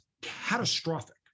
catastrophic